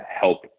help